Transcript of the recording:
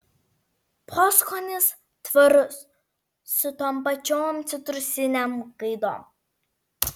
poskonis tvarus su tom pačiom citrusinėm gaidom